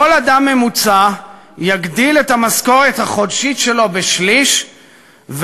כל אדם יגדיל את המשכורת החודשית שלו בשליש בממוצע,